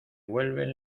vuelven